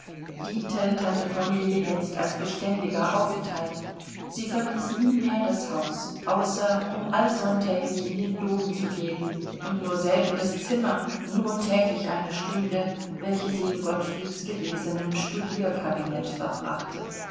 diente tante kornelie jetzt als beständiger aufenthalt sie verließ nie mehr das haus außer um allsonntäglich in den dom zu gehen und nur selten das zimmer nur täglich eine stunde welche sie in gottfrieds gewesenem studierkabinett verbrachte